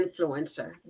influencer